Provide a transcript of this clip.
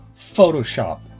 Photoshop